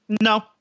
No